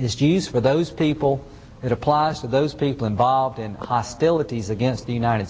is g s for those people it applies to those people involved in hostilities against the united